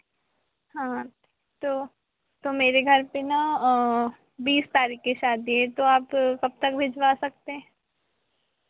हाँ तो तो मेरे घर पे ना बीस तारीख की शादी है तो आप कब तक भिजवा सकते हैं